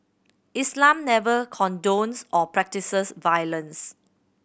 Islam never condones or practises violence